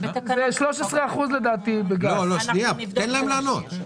לדעתי זה 13%. תן להם לענות.